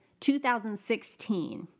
2016